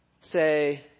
say